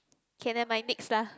okay never mind next lah